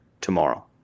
tomorrow